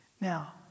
Now